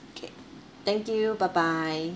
okay thank you bye bye